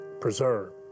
preserve